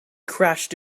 crashed